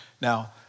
Now